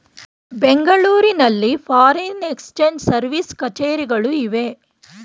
ಬೆಂಗಳೂರಿನಲ್ಲಿ foreign exchange service ಕಛೇರಿಗಳು ಇವೆ